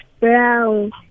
brown